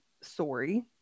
sorry